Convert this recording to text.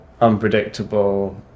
unpredictable